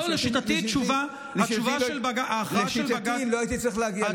לשיטתי לא הייתי צריך להגיע לזה.